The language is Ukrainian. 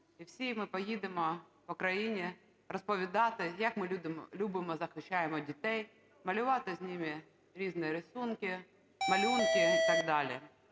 і всі ми поїдемо по країні розповідати, як ми любимо, захищаємо дітей, малювати з ними різні рисунки, малюнки і так далі.